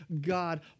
God